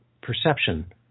perception